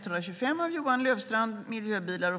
Fru talman!